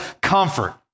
comfort